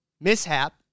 mishap